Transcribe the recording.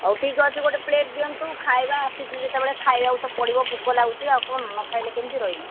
ହଉ ଠିକ ଅଛି ଗୋଟେ ପ୍ଲେଟ୍ ଦିଅନ୍ତୁ ଖାଇବା ଆସିଛି ଯେତେବେଳେ ଖାଇବାକୁ ତ ପଡ଼ିବ ଭୋକ ଲାଗୁଛି ଆଉ କ'ଣ ନଖାଇଲେ କେମିତି ରହିବି